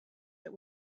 that